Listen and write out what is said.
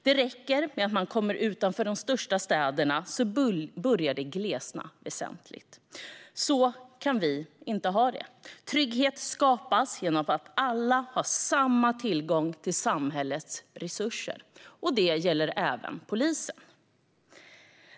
Man behöver bara komma utanför de största städerna för att se att det börjar glesna väsentligt. Så kan vi inte ha det. Trygghet skapas genom att alla har samma tillgång till samhällets resurser. Det gäller även tillgång till polisen.